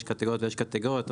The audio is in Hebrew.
יש קטגוריות ויש קטגוריות,